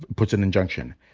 puts an injunction.